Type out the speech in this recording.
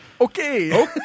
Okay